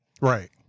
Right